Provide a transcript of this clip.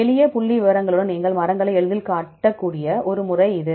எளிய புள்ளிவிவரங்களுடன் நீங்கள் மரங்களை எளிதில் கட்டக்கூடிய ஒரு முறை இது